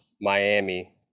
Miami